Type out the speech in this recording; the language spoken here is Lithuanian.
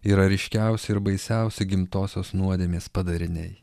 yra ryškiausi ir baisiausi gimtosios nuodėmės padariniai